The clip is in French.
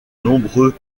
nombreux